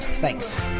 thanks